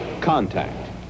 Contact